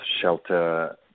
shelter